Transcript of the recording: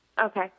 Okay